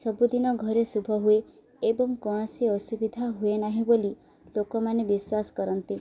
ସବୁଦିନ ଘରେ ଶୁଭ ହୁଏ ଏବଂ କୌଣସି ଅସୁବିଧା ହୁଏ ନାହିଁ ବୋଲି ଲୋକମାନେ ବିଶ୍ୱାସ କରନ୍ତି